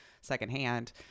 secondhand